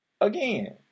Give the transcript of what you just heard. Again